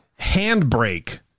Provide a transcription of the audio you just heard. handbrake